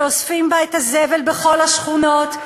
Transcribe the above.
שאוספים בה את הזבל בכל השכונות,